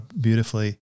beautifully